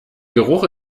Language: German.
geruch